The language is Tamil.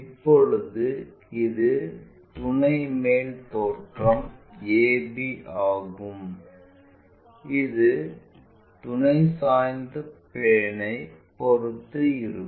இப்போது இது துணை மேல் தோற்றம் ab ஆகும் இது இந்த துணை சாய்ந்த பிளேன் ஐ பொறுத்து இருக்கும்